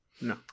no